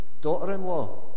daughter-in-law